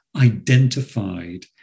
identified